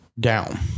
Down